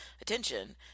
attention